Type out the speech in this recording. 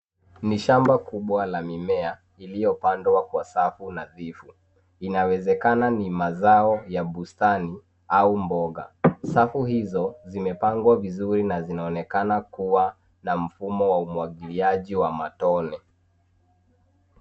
Ni shamba kubwa la mimea iliyo pandwa kwa safu nadhifu . Inawezekana ni mazao ya bustani au mboga. Safu hizo zimepangwa vizuri na zinaonekana kuwa na mfumo wa umwagiliaji wa matone.